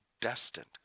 destined